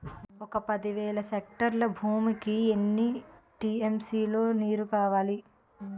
ఒక పది వేల హెక్టార్ల భూమికి ఎన్ని టీ.ఎం.సీ లో నీరు కావాలి?